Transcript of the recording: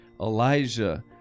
Elijah